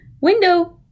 window